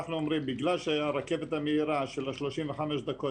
אנחנו אומרים בגלל שהרכבת המהירה של ה-35 דקות